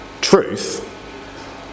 truth